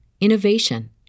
innovation